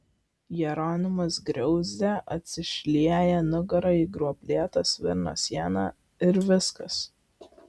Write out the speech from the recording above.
jeronimas griauzdė atsišlieja nugara į gruoblėtą svirno sieną ir viskas